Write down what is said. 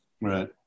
Right